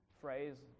phrase